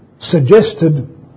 suggested